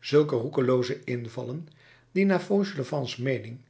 zulke roekelooze invallen die naar fauchelevents meening